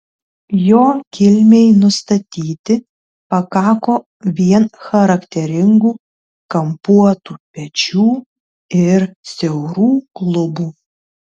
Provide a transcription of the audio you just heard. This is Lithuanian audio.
jo kilmei nustatyti pakako vien charakteringų kampuotų pečių ir siaurų klubų